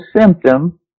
symptom